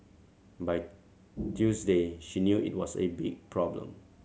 by Tuesday she knew it was a big problem